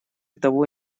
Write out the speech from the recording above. того